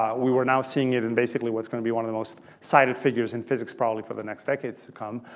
we were now seeing it and basically what's going to be one of the most cited figures in physics probably for the next decades to come.